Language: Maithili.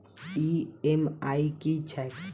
ई.एम.आई की छैक?